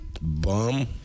bum